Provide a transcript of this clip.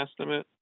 estimate